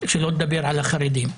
שלא לדבר על החרדים.